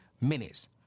minutes